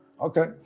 Okay